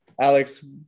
alex